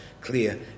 clear